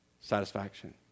satisfaction